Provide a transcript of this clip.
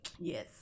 Yes